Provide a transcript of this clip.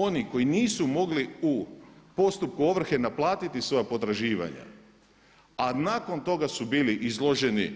Oni koji nisu mogli u postupku ovrhe naplatiti svoja potraživanja, a nakon toga su bili izloženi